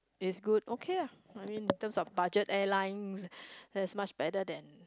is good okay ah I mean in terms of budget airlines that is much better than